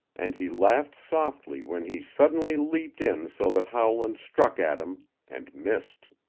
and he laughed softly when he suddenly leaped in so that howland struck at him and missed.